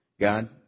God